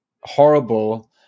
horrible